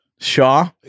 Shaw